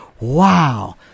wow